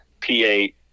P8